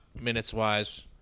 minutes-wise